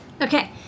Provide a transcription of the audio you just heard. Okay